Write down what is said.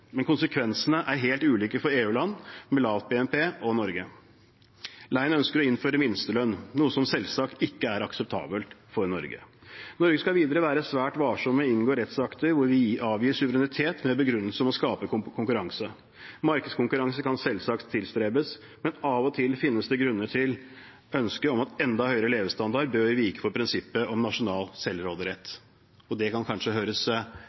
Men konsekvensene er helt ulike for EU-land med lav BNP og Norge. Von der Leyen ønsker å innføre minstelønn, noe som selvsagt ikke er akseptabelt for Norge. Norge skal videre være svært varsom med å inngå rettsakter hvor vi avgir suverenitet med begrunnelse om å skape konkurranse. Markedskonkurranse kan selvsagt tilstrebes, men av og til finnes det grunner til at ønsket om enda høyere levestandard bør vike for prinsippet om nasjonal selvråderett. Det kan kanskje høres